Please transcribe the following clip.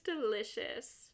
delicious